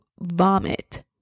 vomit